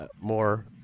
more